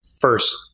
first